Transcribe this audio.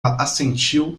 assentiu